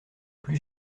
plus